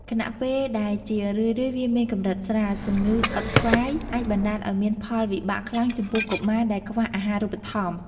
ខណៈពេលដែលជារឿយៗវាមានកម្រិតស្រាល ជំងឺអុតស្វាយអាចបណ្តាលឱ្យមានផលវិបាកខ្លាំងចំពោះកុមារដែលខ្វះអាហារូបត្ថម្ភ។